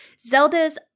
Zelda's